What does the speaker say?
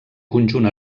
conjunt